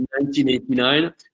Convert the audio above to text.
1989